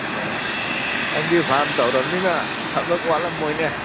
ꯑ ꯅꯪꯗꯤ ꯐꯥꯝ ꯇꯧꯔꯕꯅꯤꯅ ꯊꯕꯛ ꯋꯥꯠꯂꯝꯃꯣꯏꯅꯦ